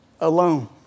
alone